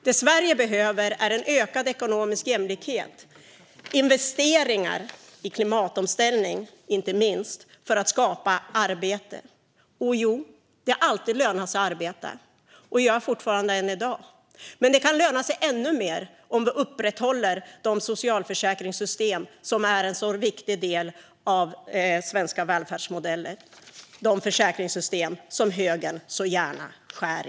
Det Sverige behöver är ökad ekonomisk jämlikhet och investeringar i klimatomställning, inte minst för att skapa arbete. Det har alltid lönat sig att arbeta, och det gör det än i dag. Men det kan löna sig ännu mer om man upprätthåller de socialförsäkringssystem som är en så viktig del av den svenska välfärdsmodellen och som högern så gärna skär i.